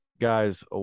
guys